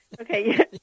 Okay